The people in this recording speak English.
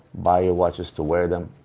buy your watches to wear them,